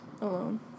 alone